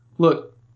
Look